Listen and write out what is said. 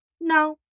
No